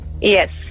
Yes